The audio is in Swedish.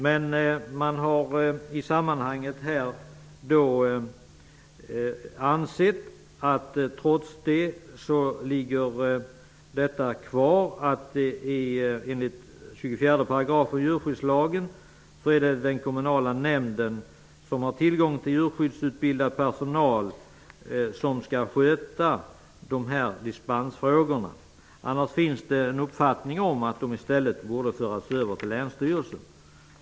Men man har i det här sammanhanget ansett att det enligt 24 § djurskyddslagen är den kommunala nämnden, som har tillgång till djurskyddsutbildad personal, som skall sköta de här dispensfrågorna. Annars finns ju uppfattningen att dessa i stället borde föras över till länsstyrelsen.